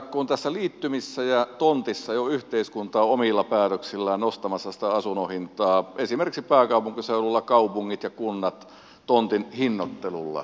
kun näissä liittymissä ja tontissa jo yhteiskunta on omilla päätöksillään nostamassa sitä asunnon hintaa esimerkiksi pääkaupunkiseudulla kaupungit ja kunnat tontin hinnoittelulla